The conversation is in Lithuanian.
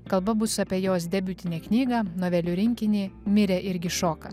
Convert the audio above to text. kalba bus apie jos debiutinę knygą novelių rinkinį mirė irgi šoka